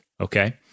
okay